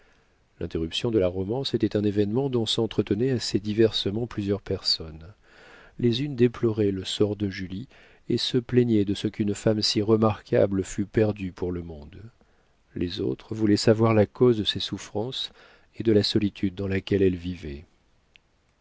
l'interruption de la romance était un événement dont s'entretenaient assez diversement plusieurs personnes les unes déploraient le sort de julie et se plaignaient de ce qu'une femme si remarquable fût perdue pour le monde les autres voulaient savoir la cause de ses souffrances et de la solitude dans laquelle elle vivait